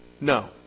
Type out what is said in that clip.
No